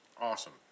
Awesome